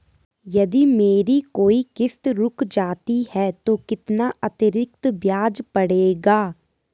यदि मेरी कोई किश्त रुक जाती है तो कितना अतरिक्त ब्याज पड़ेगा?